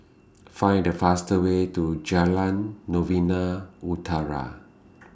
Find The fast Way to Jalan Novena Utara